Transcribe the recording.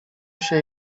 się